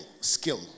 skill